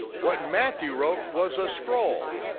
what matthew wrote was a scroll,